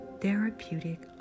therapeutic